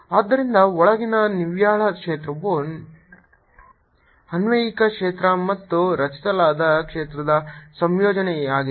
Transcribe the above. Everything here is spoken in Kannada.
ಆದ್ದರಿಂದ ಒಳಗಿನ ನಿವ್ವಳ ಕ್ಷೇತ್ರವು ಅನ್ವಯಿಕ ಕ್ಷೇತ್ರ ಮತ್ತು ರಚಿಸಲಾದ ಕ್ಷೇತ್ರದ ಸಂಯೋಜನೆಯಾಗಿದೆ